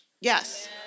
yes